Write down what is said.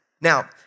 Now